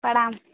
प्रणाम